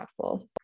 impactful